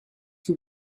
que